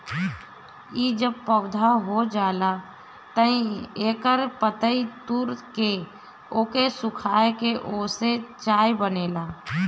इ जब पौधा हो जाला तअ एकर पतइ तूर के ओके सुखा के ओसे चाय बनेला